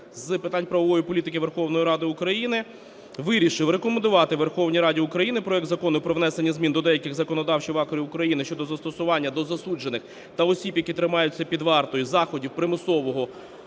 з питань правової політики Верховної Ради України вирішив рекомендувати Верховній Раді України проект Закону про внесення змін до деяких законодавчих актів України щодо застосування до засуджених та осіб, які тримаються під вартою, заходів примусового